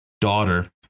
daughter